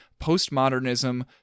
postmodernism